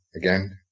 again